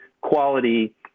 quality